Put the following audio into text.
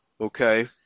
okay